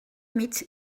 mig